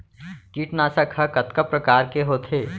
कीटनाशक ह कतका प्रकार के होथे?